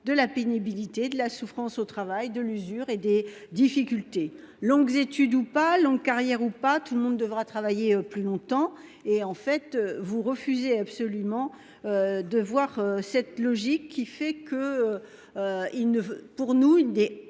pas la pénibilité, la souffrance au travail, l'usure et les difficultés. Longues études ou pas, longues carrières ou pas, tout le monde devra travailler plus longtemps. En fait, vous refusez absolument de voir cette logique selon laquelle il n'est pas